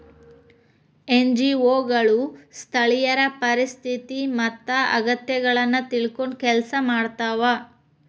NGO ಗಳು ಸ್ಥಳೇಯರ ಪರಿಸ್ಥಿತಿ ಮತ್ತ ಅಗತ್ಯಗಳನ್ನ ತಿಳ್ಕೊಂಡ್ ಕೆಲ್ಸ ಮಾಡ್ತವಾ